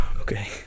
Okay